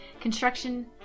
Construction